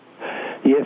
Yes